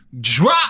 drop